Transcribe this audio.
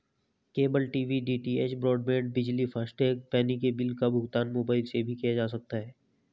cable TV DTH, broadband, बिजली, FASTag, पानी के बिल का भुगतान मोबाइल से भी किया जा सकता है